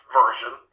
version